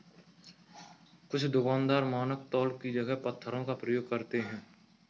कुछ दुकानदार मानक तौल की जगह पत्थरों का प्रयोग करते हैं